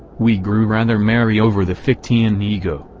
we grew rather merry over the fichtean ego,